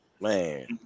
Man